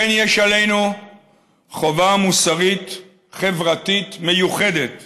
לכן, יש עלינו חובה מוסרית-חברתית מיוחדת